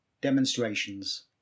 demonstrations